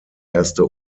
erste